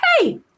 Hey